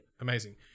Amazing